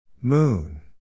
Moon